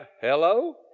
Hello